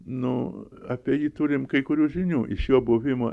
nu apie jį turim kai kurių žinių iš jo buvimo